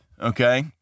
okay